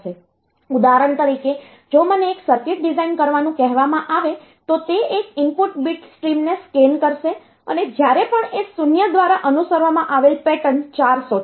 ઉદાહરણ તરીકે જો મને એક સર્કિટ ડિઝાઇન કરવાનું કહેવામાં આવે તો તે એક ઇનપુટ બીટ સ્ટ્રીમને સ્કેન કરશે અને જ્યારે પણ તે 0 દ્વારા અનુસરવામાં આવેલ પેટર્ન 4 શોધશે